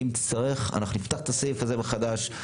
אם נצטרך אנחנו נפתח את הסעיף הזה מחדש,